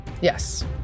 Yes